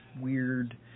weird